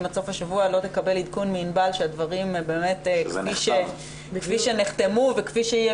אם עד סוף השבוע לא תקבל עדכון מענבל שהדברים באמת --- שזה נחתם.